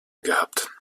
gehabt